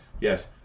Yes